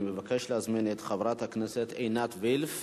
אני מבקש להזמין את חברת הכנסת עינת וילף